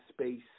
space